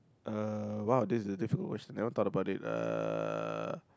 uh !wow! this is a difficult question never thought about it uh